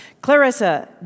Clarissa